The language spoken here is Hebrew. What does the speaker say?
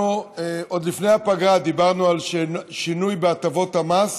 אנחנו עוד לפני הפגרה דיברנו על שינוי בהטבות המס